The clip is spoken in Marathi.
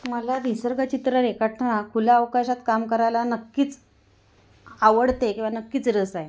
मला निसर्गचित्र रेखटताना खुल्या अवकाशात काम करायला नक्कीच आवडते किंवा नक्कीच रस आहे